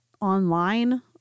online